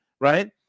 right